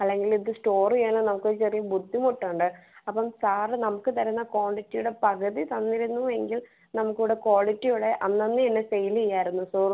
അല്ലെങ്കിൽ ഇത് സ്റ്റോർ ചെയ്യാനോ നമുക്കൊരു ചെറിയ ബുദ്ധിമുട്ടുണ്ട് അപ്പം സാറ് നമുക്ക് തരുന്ന ക്വാണ്ടിറ്റീടെ പകുതി തന്നിരുന്നു എങ്കിൽ നമുക്ക് അവിടെ ക്വാളിറ്റിയോടെ അന്നന്ന് തന്നെ സെയില് ചെയ്യാമായിരുന്നു സോ